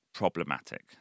problematic